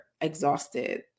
exhausted